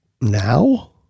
Now